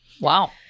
Wow